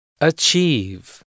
Achieve